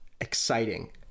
exciting